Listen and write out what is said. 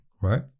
right